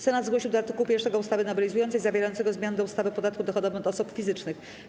Senat zgłosił do art. 1 ustawy nowelizującej, zawierającego zmiany do ustawy o podatku dochodowym od osób fizycznych.